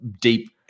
deep